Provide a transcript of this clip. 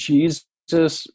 Jesus